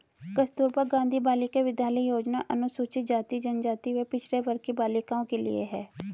कस्तूरबा गांधी बालिका विद्यालय योजना अनुसूचित जाति, जनजाति व पिछड़े वर्ग की बालिकाओं के लिए है